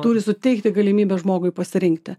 turi suteikti galimybę žmogui pasirinkti